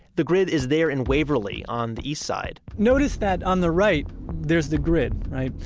the grid is there in waverly, on the east side notice that on the right there's the grid, right.